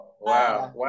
Wow